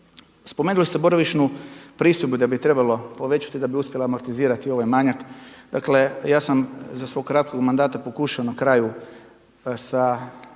Spomenuli ste boravišni pristojbu da bi je trebalo povećati da bi uspjela amortizirati ovaj manjak. Dakle, ja sam za svog kratkog mandata pokušao na kraju imati